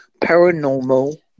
paranormal